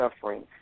suffering